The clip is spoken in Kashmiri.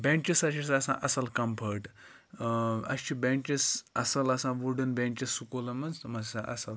بٮ۪نٛچٕز ہَسا چھِ آسان اَصٕل کَمفٲٹ اَسہِ چھِ بٮ۪نٛچٕز اَصٕل آسان وُڈٕن بیٚنچٕز سکوٗلَن مَنٛز تم ہَسا اَصٕل